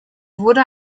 wurde